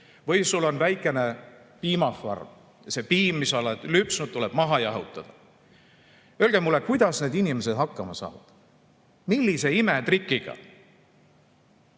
Või sul on väikene piimafarm ja see piim, mis lüpstud, tuleb maha jahutada. Öelge mulle, kuidas need inimesed hakkama saavad. Millise imetrikiga?